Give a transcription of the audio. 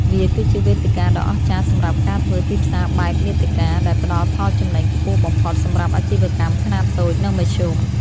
វាគឺជាវេទិកាដ៏អស្ចារ្យសម្រាប់ការធ្វើទីផ្សារបែបមាតិកា ដែលផ្តល់ផលចំណេញខ្ពស់បំផុតសម្រាប់អាជីវកម្មខ្នាតតូច និងមធ្យម។